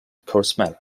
cwsmer